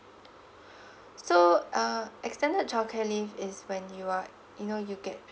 so uh extended childcare leave is when you are you know you get